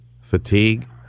fatigue